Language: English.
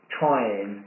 trying